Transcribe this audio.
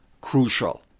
crucial